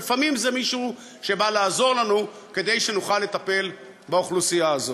ולפעמים זה מישהו שבא לעזור לנו כדי שנוכל לטפל באוכלוסייה הזאת.